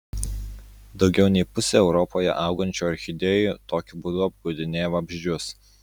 daugiau nei pusė europoje augančių orchidėjų tokiu būdu apgaudinėja vabzdžius